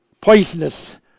poisonous